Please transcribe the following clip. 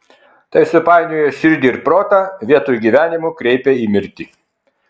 tai supainioja širdį ir protą vietoj gyvenimo kreipia į mirtį